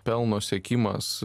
pelno siekimas